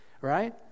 right